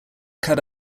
cut